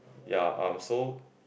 ya uh so